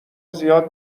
زیاد